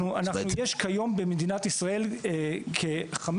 יש כיום במדינת ישראל כ500,000,